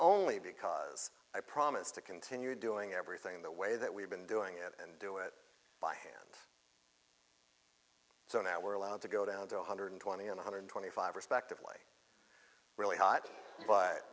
only because i promised to continue doing everything the way that we've been doing it and do it by hand so now we're allowed to go down to one hundred twenty in one hundred twenty five respectively really hot